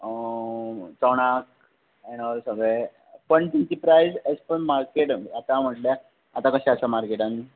चोणाक and all सगळें पूण तेंची प्रायज अशी कन मार्केटान आतां म्हणल्या आतां कशें आसा मार्केटान